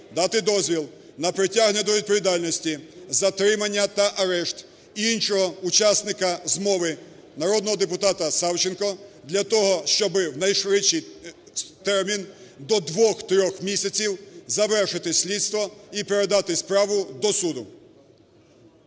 дати дозвіл на притягнення до відповідальності, затримання та арешт іншого учасника змови - народного депутата Савченко, - для того, щоб в найшвидший термін, до 2-3 місяців, завершити слідство і передати справу до суду.